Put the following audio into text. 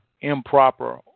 improper